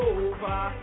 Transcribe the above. over